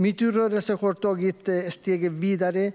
Metoo-rörelsen har tagit steget vidare